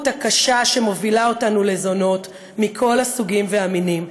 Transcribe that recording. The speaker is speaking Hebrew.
הקשה שמובילה אותנו לזונות מכל הסוגים והמינים,